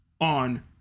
on